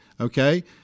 okay